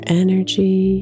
energy